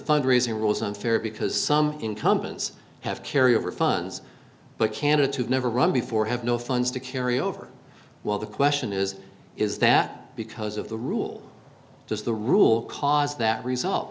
fund raising rules unfair because some incumbents have carry over funds but candidates who never run before have no funds to carry over well the question is is that because of the rule just the rule cause that result